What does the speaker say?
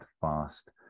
fast